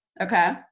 okay